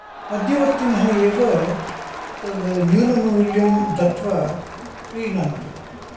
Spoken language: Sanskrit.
मध्यवर्तिनः एव न्यूनमूल्यं दत्वा क्रीणाति